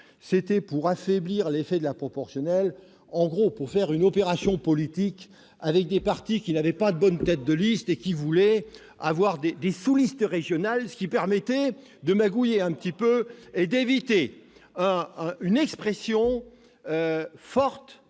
c'était d'affaiblir l'effet de la proportionnelle. En gros, il s'agissait à l'époque d'une opération politique menée par des partis qui n'avaient pas de bonne tête de liste et qui voulaient avoir des sous-listes régionales, ce qui permettait de magouiller un petit peu et d'éviter une expression forte